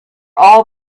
all